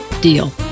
deal